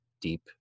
deep